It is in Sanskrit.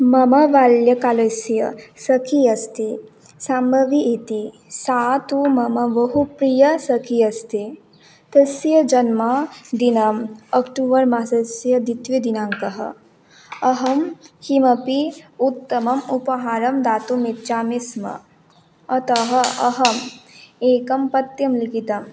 मम बाल्यकालस्य सखी अस्ति साम्भवी इति सा तु मम बहु प्रिया सखी अस्ति तस्य जन्मदिनम् अक्टूवर् मासस्य द्वितीयदिनाङ्कम् अहं किमपि उत्तमम् उपहारं दातुम् इच्छामि स्म अतः अहम् एकं पत्रं लिखितम्